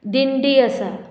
दिंडी आसा